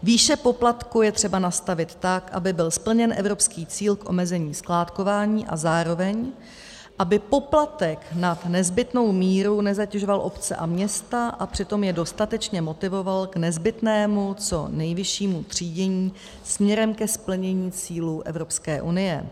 Výši poplatku je třeba nastavit tak, aby byl splněn evropský cíl v omezení skládkování a zároveň aby poplatek nad nezbytnou nezatěžoval obce a města a přitom je dostatečně motivoval k nezbytnému co nejvyššímu třídění směrem ke splnění cílů EU.